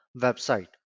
website